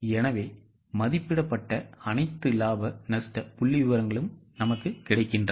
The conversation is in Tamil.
எனவே மதிப்பிடப்பட்ட அனைத்து லாப நஷ்ட புள்ளிவிவரங்களும் கிடைக்கின்றன